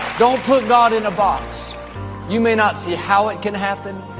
don't put god in a box you may not see how it can happen.